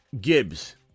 Gibbs